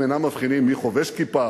הם אינם מבחינים מי חובש כיפה